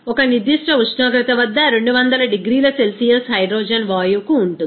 ఒక నిర్దిష్ట ఉష్ణోగ్రత వద్ద 200 డిగ్రీల సెల్సియస్ హైడ్రోజన్ వాయువుకు ఉంటుంది